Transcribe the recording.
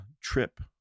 trip